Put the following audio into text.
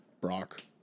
Brock